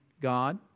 God